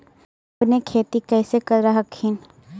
अपने खेती कैसे कर हखिन?